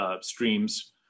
streams